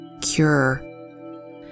cure